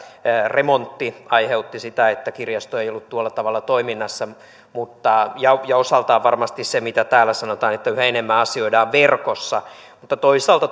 remontti aiheutti sitä että kirjasto ei ollut tuolla tavalla toiminnassa ja osaltaan varmasti se mitä täällä sanotaan että yhä enemmän asioidaan verkossa mutta toisaalta